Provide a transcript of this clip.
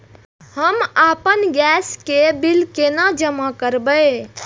हम आपन गैस के बिल केना जमा करबे?